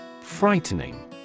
Frightening